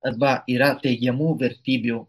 arba yra teigiamų vertybių